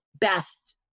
best